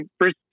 first